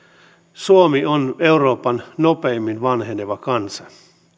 suomi on euroopan nopeimmin vanheneva kansa